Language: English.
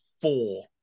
four